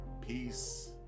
Peace